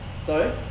Sorry